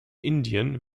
indien